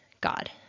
God